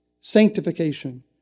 sanctification